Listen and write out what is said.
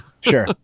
Sure